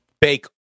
bake